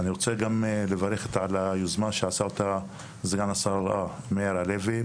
אני רוצה גם לברך את היוזמה שעשה אותה סגן השרה מאיר הלוי,